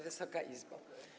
Wysoka Izbo!